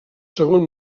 segon